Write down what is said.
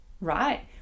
right